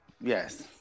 Yes